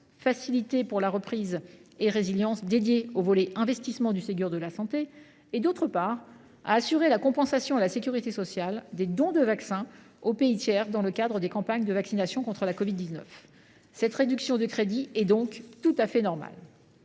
facilité pour la reprise et la résilience afin de financer le volet investissement du Ségur de la santé ; d’autre part, à assurer la compensation à la sécurité sociale des dons de vaccins aux pays tiers dans le cadre des campagnes de vaccination contre la covid 19. Cette réduction de crédits est donc tout à fait normale.